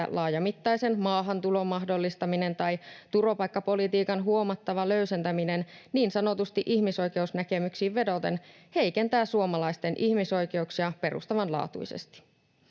että laajamittaisen maahantulon mahdollistaminen tai turvapaikkapolitiikan huomattava löysentäminen niin sanotusti ihmisoikeusnäkemyksiin vedoten heikentää suomalaisten ihmisoikeuksia perustavanlaatuisesti.